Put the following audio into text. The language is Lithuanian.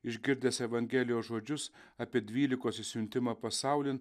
išgirdęs evangelijos žodžius apie dvylikos išsiuntimą pasaulin